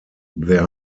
there